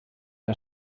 der